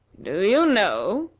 do you know,